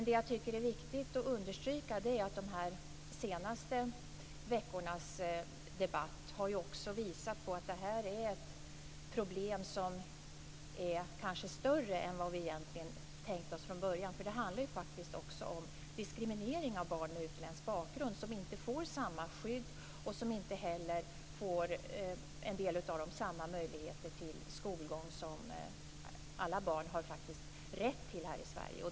Det jag tycker är viktigt att understryka är att de senaste veckornas debatt också har visat att det här är ett problem som kanske är större än vi egentligen tänkte oss från början. Det handlar ju faktiskt om diskriminering av barn med utländsk bakgrund som inte får samma skydd som andra. En del av dem får inte heller samma möjligheter till skolgång och utbildning som alla barn faktiskt har rätt till i Sverige.